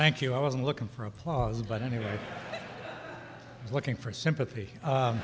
thank you i wasn't looking for applause but anyway looking for sympathy